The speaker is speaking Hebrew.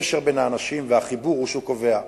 הקשר בין האנשים והחיבור הוא שקובע.